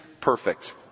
perfect